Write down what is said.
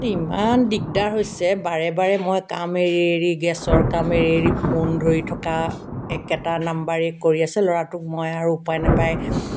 ইমান দিগদাৰ হৈছে বাৰে বাৰে মই কাম এৰি এৰি গেছৰ কাম এৰি এৰি ফোন ধৰি থকা একেটা নাম্বাৰে কৰি আছে ল'ৰাটোক মই আৰু উপায় নাপায়